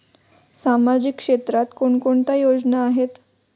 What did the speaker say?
सामाजिक क्षेत्रात कोणकोणत्या योजना आहेत?